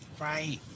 Right